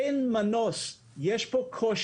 אין מנוס, יש פה קושי,